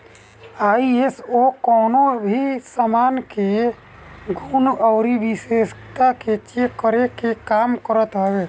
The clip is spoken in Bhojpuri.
आई.एस.ओ कवनो भी सामान के गुण अउरी विशेषता के चेक करे के काम करत हवे